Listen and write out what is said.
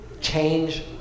change